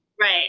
Right